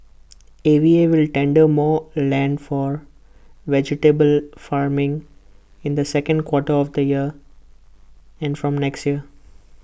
A V A will tender more land for vegetable farming in the second quarter of this year and from next year